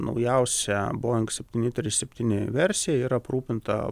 naujausia boing septyni trys septyni versija yra aprūpinta